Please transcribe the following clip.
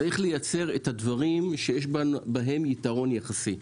יש לייצר את הדברים שיש בהם יתרון יחסי.